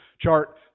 chart